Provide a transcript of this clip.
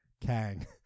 Kang